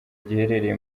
giherereye